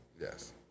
Yes